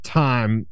time